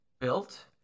built